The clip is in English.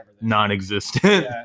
non-existent